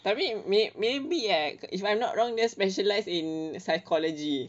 tapi may~ maybe eh if I'm not wrong dia specialise in psychology